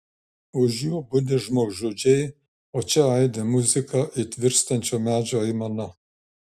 už jų budi žmogžudžiai o čia aidi muzika it virstančio medžio aimana